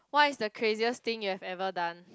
what is the craziest thing you've ever done